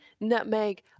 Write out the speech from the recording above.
nutmeg